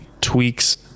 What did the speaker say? tweaks